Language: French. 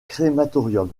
crématorium